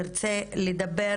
תרצה לדבר